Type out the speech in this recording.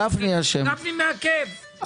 גפני מעכב.